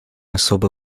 особо